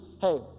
hey